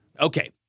Okay